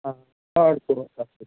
آ ساڑ ژور ساس رۄپیہِ